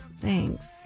Thanks